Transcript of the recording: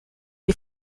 die